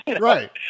right